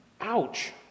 Ouch